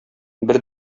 бер